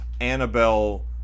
Annabelle